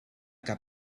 que